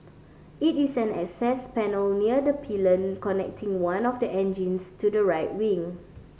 it is an access panel near the pylon connecting one of the engines to the right wing